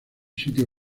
sitio